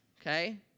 okay